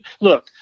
look